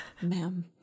Ma'am